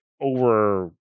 over